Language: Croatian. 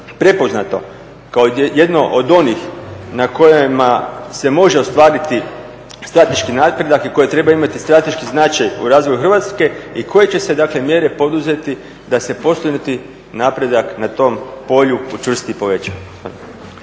prepoznato kao jedno od onih na kojima se može ostvariti strateški napredak i koje treba imati strateški značaj u razvoju Hrvatske i koje će se dakle mjere poduzeti da se postignuti napredak na tom polju učvrsti i poveća.